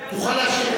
תוכל להשיב,